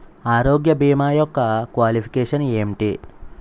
ఆరోగ్య భీమా యెక్క క్వాలిఫికేషన్ ఎంటి?